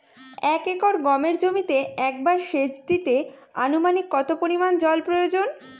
এক একর গমের জমিতে একবার শেচ দিতে অনুমানিক কত পরিমান জল প্রয়োজন?